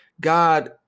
God